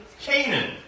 Canaan